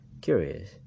Curious